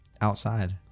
outside